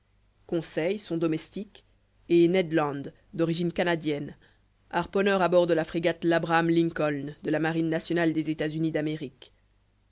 conseil son domestique et ned land d'origine canadienne harponneur à bord de la frégate labraham lincoln de la marine nationale des états-unis d'amérique